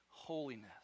holiness